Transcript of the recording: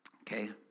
Okay